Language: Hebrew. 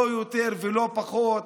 לא יותר ולא פחות.